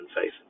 faith